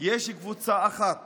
יש קבוצה אחת